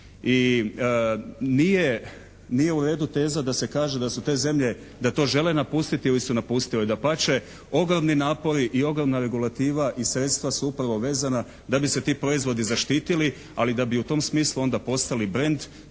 I nije u redu teza da se kaže da su te zemlje, da to žele napustiti ili su napustile. Dapače, ogromni napori i ogromna regulativa i sredstva su upravo vezana da bi se ti proizvodi zaštitili ali da bi i u tom smislu onda postali brend